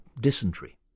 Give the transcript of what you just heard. dysentery